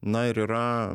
na ir yra